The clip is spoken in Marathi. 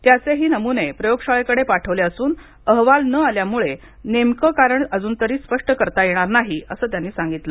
त्याचेही नमुने प्रयोगशाळेकडे पाठवले असून अहवाल न आल्यामुळं नेमके कारण अजून तरी स्पष्ट करता येणार नाही असंही त्यांनी स्पष्ट केलं